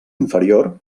inferior